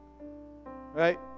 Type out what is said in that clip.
Right